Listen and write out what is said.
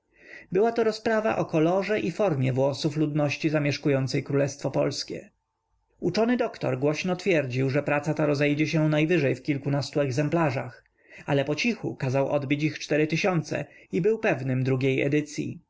była to rozprawa o kolorze i formie włosów ludności zamieszkującej królestwo polskie uczony doktor głośno twierdził że praca ta rozejdzie się najwyżej w kilkunastu egzemplarzach ale pocichu kazał odbić ich cztery tysiące i był pewnym drugiej edycyi